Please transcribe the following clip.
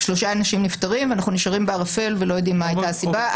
שלושה אנשים נפטרים ואנחנו נשארים בערפל ולא יודעים מה הייתה הסיבה.